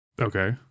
Okay